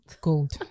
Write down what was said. gold